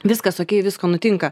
viskas okei visko nutinka